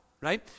right